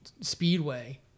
Speedway